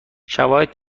شواهد